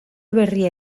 berria